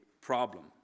problem